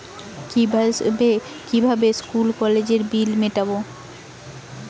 কিভাবে স্কুল কলেজের বিল মিটাব?